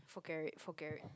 forget it forget it